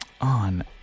on